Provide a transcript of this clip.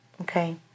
Okay